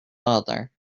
other